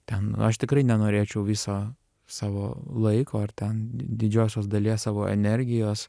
ten aš tikrai nenorėčiau visą savo laiko ar ten di didžiosios dalies savo energijos